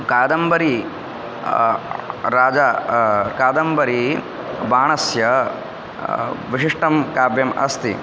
कादम्बरी राजा कादम्बरी बाणस्य विशिष्टं काव्यम् अस्ति